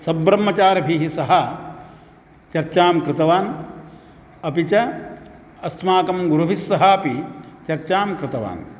सब्रह्मचारिभिः सह चर्चां कृतवान् अपि च अस्माकं गुरुभिस्सहापि चर्चां कृतवान्